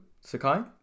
Sakai